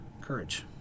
courage